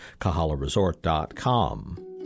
KahalaResort.com